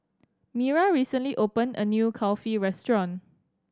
Mira recently opened a new Kulfi restaurant